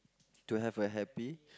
to have a happy